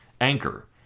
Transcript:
anchor